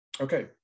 Okay